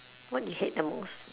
what you hate the most